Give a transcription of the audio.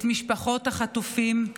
את משפחות החטופים,